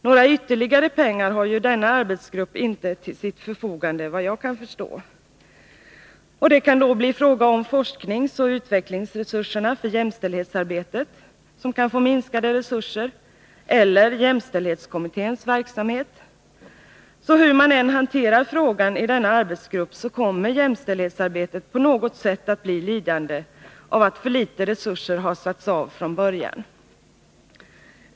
Några ytterligare pengar har ju denna arbetsgrupp inte till sitt förfogande, efter vad jag kan förstå, Forskningsoch utvecklingsresurserna för jämställdhetsarbetet liksom jämställdhetskommitténs verksamhet kan då komma att minskas. Hur man än hanterar frågan i denna arbetsgrupp, kommer jämställdhetsarbetet på något sätt att bli lidande av att för små resurser har satts av från början.